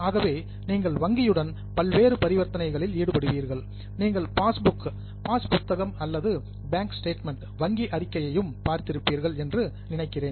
ஆகவே நீங்கள் வங்கியுடன் பல்வேறு பரிவர்த்தனைகளில் ஈடுபடுவீர்கள் நீங்கள் பாஸ் புக் பாஸ் புத்தகம் அல்லது பேங்க் ஸ்டேட்மென்ட் அதாவது வங்கி அறிக்கையையும் பார்த்திருப்பீர்கள் என்று நினைக்கிறேன்